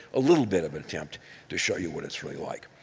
a little bit of attempt to show you what it's really like.